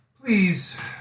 Please